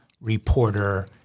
reporter